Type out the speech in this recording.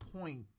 point